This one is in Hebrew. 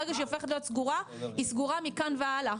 ברגע שהיא הופכת להיות סגורה היא סגורה מכאן והלאה.